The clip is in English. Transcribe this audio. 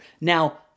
Now